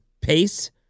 pace